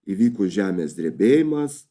įvyko žemės drebėjimas